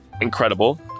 incredible